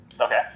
Okay